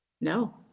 No